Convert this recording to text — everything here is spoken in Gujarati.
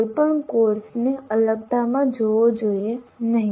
કોઈ પણ કોર્સને અલગતામાં જોવો જોઈએ નહીં